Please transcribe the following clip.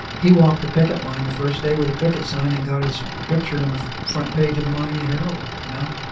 he walked the picket line the first day with a picket sign and got his picture in the front page of the miami herald, you know?